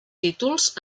títols